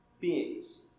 beings